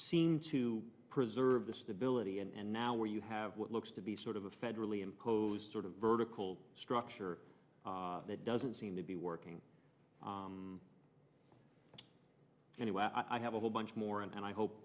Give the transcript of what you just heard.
seem to preserve the stability and now where you have what looks to be sort of a federally imposed sort of vertical structure that doesn't seem to be working anyway i have a whole bunch more and i hope